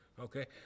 okay